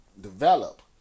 develop